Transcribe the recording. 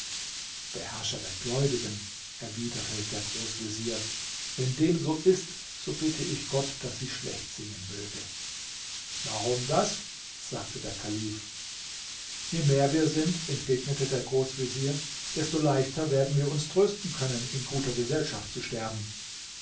beherrscher der gläubigen erwiderte der großvezier wenn dem so ist so bitte ich gott daß sie schlecht singen möge warum das sagte der kalif je mehr wir sind entgegnete der großvezier desto leichter werden wir uns trösten können in guter gesellschaft zu sterben